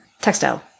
textile